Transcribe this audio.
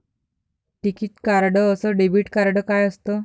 टिकीत कार्ड अस debit card काय असत?